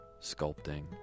sculpting